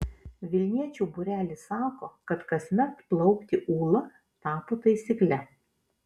vilniečių būrelis sako kad kasmet plaukti ūla tapo taisykle